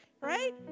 right